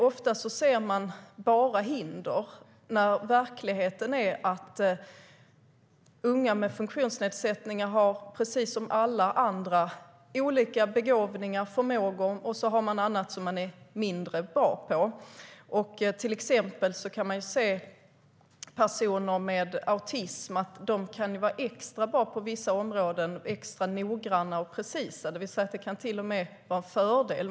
Ofta ser man bara hinder, fast verkligheten är att unga med funktionsnedsättningar precis som alla andra har olika begåvningar och förmågor. Så har man annat som man är mindre bra på. Man kan till exempel se på personer med autism att de kan vara extra bra, extra noggranna och precisa, på vissa områden, det vill säga det kan till och med vara en fördel.